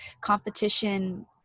competition